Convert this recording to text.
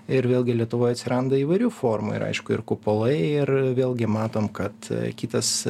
ir vėlgi lietuvoj atsiranda įvairių formų ir aišku ir kupolai ir vėlgi matom kad kitas